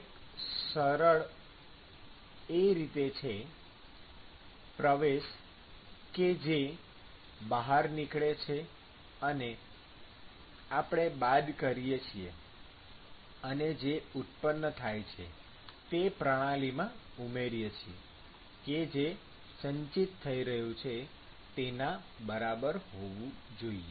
કઈક સરળ એ રીતે છે પ્રવેશ કે જે બહાર નીકળે છે તેને આપણે બાદ કરીએ છીએ અને જે પણ ઉત્પન્ન થાય છે તે પ્રણાલીમાં ઉમેરીએ છીએ કે જે સંચિત થઈ રહ્યું છે તેના બરાબર હોવું જોઈએ